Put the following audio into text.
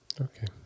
Okay